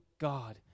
God